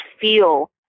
feel